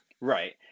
Right